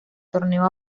torneo